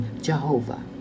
Jehovah